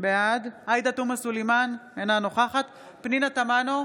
בעד עאידה תומא סלימאן, אינה נוכחת פנינה תמנו,